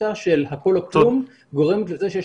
התפיסה של הכול או כלום גורמת לזה שיש